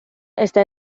está